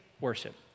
worship